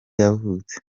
yavutse